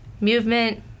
movement